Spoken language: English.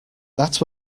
that